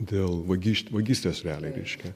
dėl vagysčių vagystėsrealiai reiškia